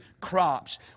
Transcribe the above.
crops